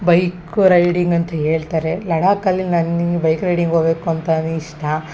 bike riding ಅಂತ ಹೇಳ್ತಾರೆ ಲಡಾಖಲ್ಲಿ ನನ್ಗೆ ಬೈಕ್ ರೈಡಿಂಗ್ ಹೋಗ್ಬೇಕು ಅಂತಲೇ ಇಷ್ಟ